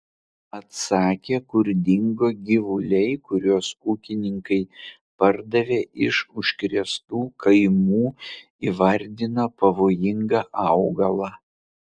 atsakė kur dingo gyvuliai kuriuos ūkininkai pardavė iš užkrėstų kaimų įvardino pavojingą augalą